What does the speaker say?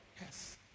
Yes